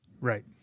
Right